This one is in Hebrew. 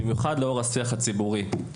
במיוחד לאור השיח הציבורי.